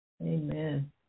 Amen